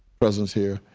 presence here,